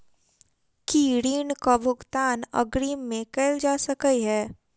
की ऋण कऽ भुगतान अग्रिम मे कैल जा सकै हय?